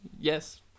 Yes